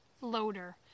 Loader